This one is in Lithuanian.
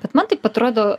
bet man taip atrodo